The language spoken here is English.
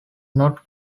not